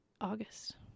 August